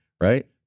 Right